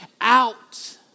out